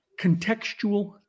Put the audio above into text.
contextual